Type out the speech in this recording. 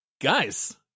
guys